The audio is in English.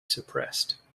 suppressed